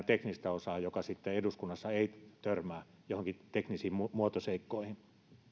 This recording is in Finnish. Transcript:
teknistä osaa joka sitten eduskunnassa ei törmää joihinkin teknisiin muotoseikkoihin